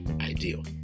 ideal